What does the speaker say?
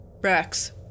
Rex